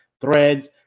Threads